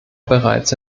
bereits